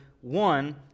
one